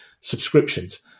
subscriptions